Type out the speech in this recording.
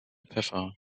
pfeffer